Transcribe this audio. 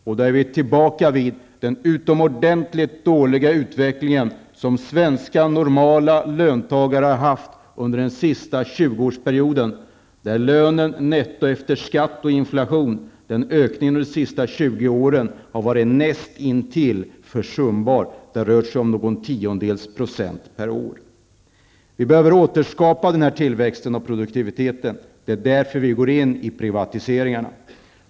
Vi är då tillbaka vid den utomordentligt dåliga utveckling som normala svenska löntagare har haft under den senaste 20 årsperioden. Nettoökningen av lönen efter skatt och inflation har under de senaste 20 åren varit näst intill försumbar. Det har rört sig om någon tiondels procent per år. Vi behöver återskapa tillväxten och produktiviteten. Det är därför som vi genomför privatiseringarna.